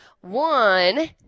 one